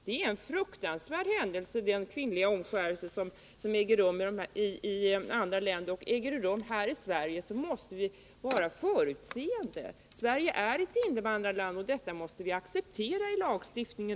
Den kvinnliga omskärelse som äger rum i andra länder är en fruktansvärd händelse, och om det finns risk för att det skall äga rum här i Sverige måste vi vara förutseende. Sverige är ett invandrarland, och detta måste vi acceptera också i lagstiftningen.